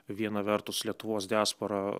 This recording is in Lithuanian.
viena vertus lietuvos diaspora